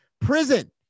prison